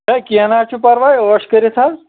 ہیٚے کیٚنٛہہ نہَ حظ چھُ پَرواے ٲش کٔرِتھ حظ